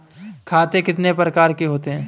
खाते कितने प्रकार के होते हैं?